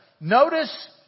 Notice